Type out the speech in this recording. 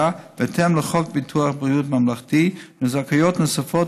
בהתאם לחוק ביטוח בריאות ממלכתי ולזכאויות נוספות,